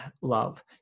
love